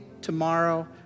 tomorrow